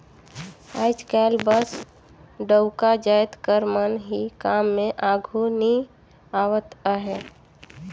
आएज काएल बस डउका जाएत कर मन ही काम में आघु नी आवत अहें